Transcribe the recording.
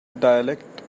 dialect